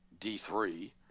D3